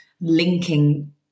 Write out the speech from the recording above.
linking